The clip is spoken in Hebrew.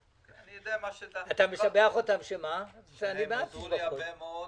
אני משבח אותם על שהם עזרו לי הרבה מאוד